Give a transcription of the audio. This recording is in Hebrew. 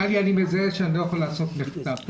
טלי, אני מזהה שאני לא יכול לעשות מחטף.